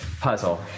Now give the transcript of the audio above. puzzle